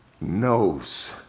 knows